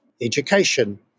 education